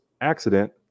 accident